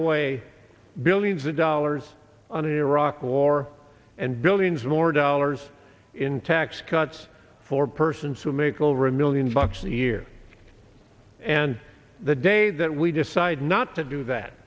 away billions of dollars on an iraq war and billions more dollars in tax cuts for persons who make over a million bucks a year and the day that we decide not to do that